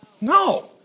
No